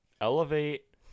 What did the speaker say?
Elevate